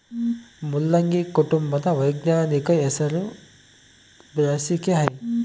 ಮುಲ್ಲಂಗಿ ಕುಟುಂಬದ ವೈಜ್ಞಾನಿಕ ಹೆಸರು ಬ್ರಾಸಿಕೆಐ